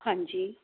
ਹਾਂਜੀ